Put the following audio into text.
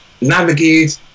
navigate